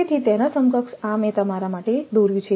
તેથી તેના સમકક્ષ આ મેં તમારા માટે દોર્યું છે